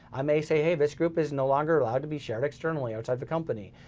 i may say, hey this group is no longer allowed to be shared externally outside the company.